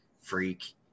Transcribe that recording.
freak